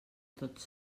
tots